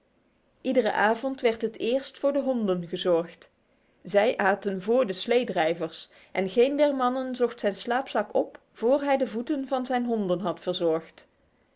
iedere avond werd het eerst voor de honden gezorgd zij aten vr de sleedrijvers en geen der mannen zocht zijn slaapzak op voor hij de voeten van zijn honden had verzorgd